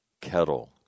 kettle